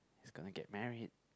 he's gonna get married